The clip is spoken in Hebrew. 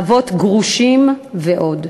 אבות גרושים ועוד.